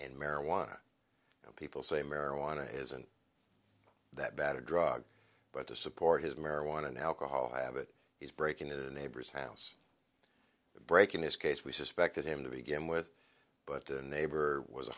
and marijuana and people say marijuana isn't that bad a drug but to support his marijuana and alcohol habit he's breaking the neighbor's house breaking this case we suspected him to begin with but the neighbor was a